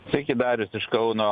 sveiki darius iš kauno